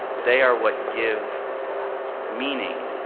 they are what give meaning,